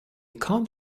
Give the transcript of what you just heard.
can’t